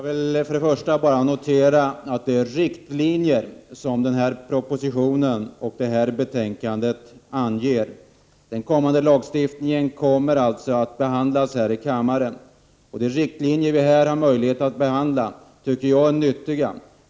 Herr talman! Jag vill notera att denna proposition och detta betänkand anger riktlinjer. Den kommande lagstiftningen kommer alltså att behandla: här i kammaren. Jag tycker att de riktlinjer som vi nu diskuterar är till nytt.